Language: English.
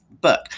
book